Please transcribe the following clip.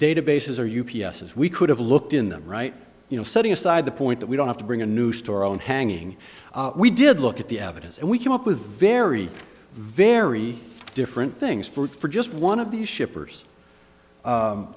databases are u p s as we could have looked in them right you know setting aside the point that we don't have to bring a new store own hanging we did look at the evidence and we came up with very very different things for just one of these shippers